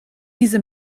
diese